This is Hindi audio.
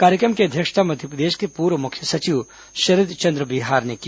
कार्यक्रम की अध्यक्षता मध्यप्रदेश के पूर्व मुख्य सचिव शरदचंद्र बेहार ने की